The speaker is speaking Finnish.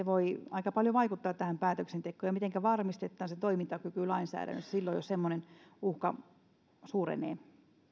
voi aika paljon vaikuttaa tähän päätöksentekoon ja mitenkä varmistetaan se toimintakyky lainsäädännössä silloin jos semmoinen uhka suurenee